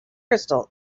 crystal